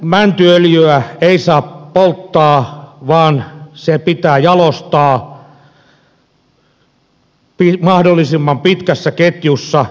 mäntyöljyä ei saa polttaa vaan se pitää jalostaa mahdollisimman pitkässä ketjussa